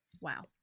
wow